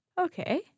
Okay